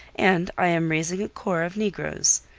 and i am raising a corps of negroes.